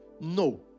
No